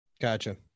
Gotcha